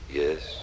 yes